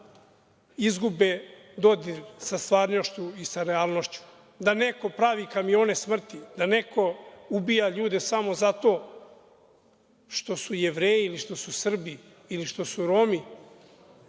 kada izgube dodir sa stvarnošću i sa realnošću. Da neko pravi kamione smrti, da neko ubija ljude samo zato što su Jevreji, Srbi ili Romi,